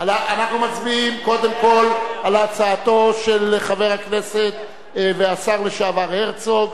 אנחנו מצביעים קודם כול על הצעתו של חבר הכנסת והשר לשעבר הרצוג.